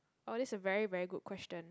oh this is a very very good question